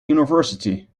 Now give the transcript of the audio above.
university